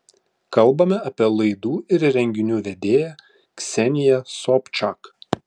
kalbame apie laidų ir renginių vedėja kseniją sobčak